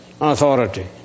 authority